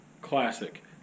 Classic